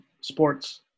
sports